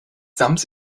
sams